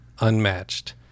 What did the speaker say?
unmatched